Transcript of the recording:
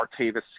Martavis